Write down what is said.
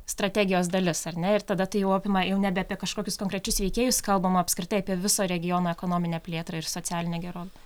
strategijos dalis ar ne ir tada tai jau apima jau nebe apie kažkokius konkrečius veikėjus kalbama apskritai apie viso regiono ekonominę plėtrą ir socialinę gerovę